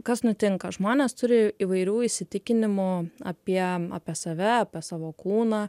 kas nutinka žmonės turi įvairių įsitikinimų apie apie save apie savo kūną